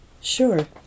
Sure